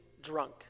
drunk